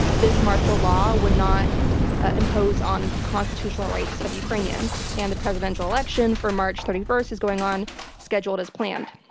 this martial law would not impose on constitutional rights of ukrainians, and the presidential election for march thirty first is going on scheduled as planned.